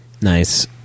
nice